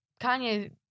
Kanye